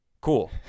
Cool